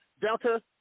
Delta